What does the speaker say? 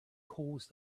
caused